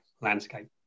landscape